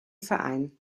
verein